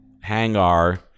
hangar